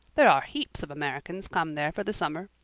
there are heaps of americans come there for the summer.